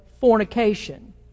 fornication